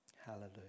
Hallelujah